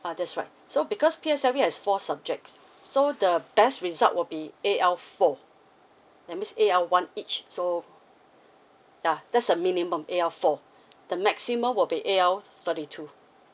ah that's right so because P_S_L_E have four subjects so the best result will be A_L four that means A_L one each so ya that's the minimum A_L four the maximum will be A_L thirty two